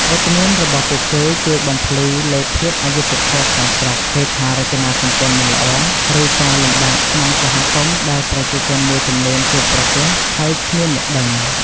វត្តមានរបស់ពួកគេជួយបំភ្លឺលើភាពអយុត្តិធម៌ក្នុងស្រុក ហេដ្ឋារចនាសម្ព័ន្ធមិនល្អ ឬការលំបាកក្នុងសហគមន៍ដែលប្រជាជនមួយចំនួនជួបប្រទះ ហើយគ្មានអ្នកដឹង។